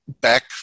back